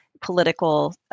political